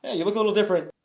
you look a little different.